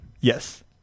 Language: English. yes